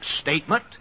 statement